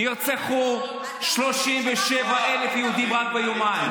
נרצחו 37,000 יהודים רק ביומיים.